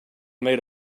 made